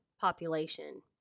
population